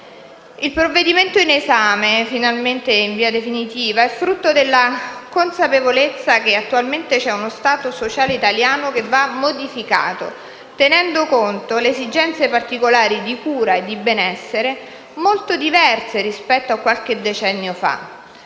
Il provvedimento, finalmente all'esame definitivo, è frutto della consapevolezza che attualmente c'è uno Stato sociale italiano che va modificato tenendo conto di esigenze particolari di cura e benessere molto diverse rispetto a qualche decennio fa.